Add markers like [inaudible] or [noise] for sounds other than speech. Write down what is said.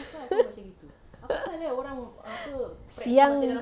[laughs] siang